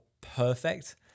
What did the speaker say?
perfect